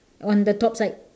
on the top side